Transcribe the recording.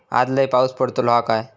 आज लय पाऊस पडतलो हा काय?